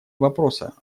вопроса